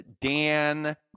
Dan